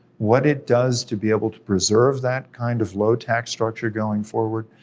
what it does to be able to preserve that kind of low tax structure going forward,